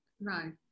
Right